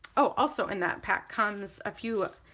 oh also in that pack comes a few